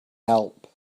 help